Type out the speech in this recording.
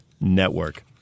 Network